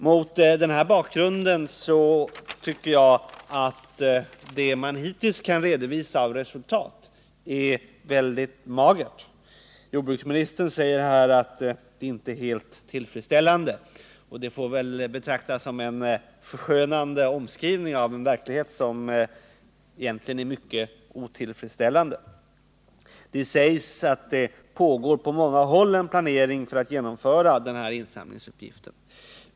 Mot denna bakgrund tycker jag att det man hittills kunnat redovisa av resultat är väldigt magert. Jordbruksministern säger att det inte är helt tillfredsställande, och det får väl betraktas som en förskönande omskrivning av en verklighet som egentligen är mycket otillfredsställande. Det sägs att det pågår på många håll en planering för att genomföra insamlingsuppgiften.